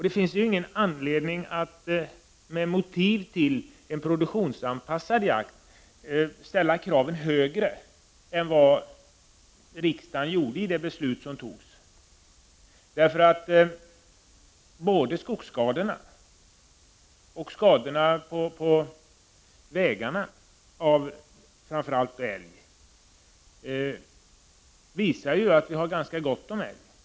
Det finns ingen anledning att med en produktionsanpassad jakt som utgångspunkt ställa högre krav än vad riksdagen gjorde i sitt beslut. Både skogsskadorna och trafikskadorna av framför allt älg visar att det finns ganska gott om älg.